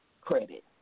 credit